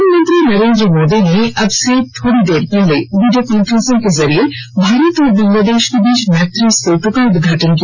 प्रधानमंत्री नरेन्द्र मोदी ने अब से थोरी देर पहले वीडियो कॉन्फ्रेंस के जरिए भारत और बंगलादेश के बीच मैत्री सेतु का उद्घाटन किया